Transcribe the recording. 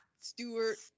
Stewart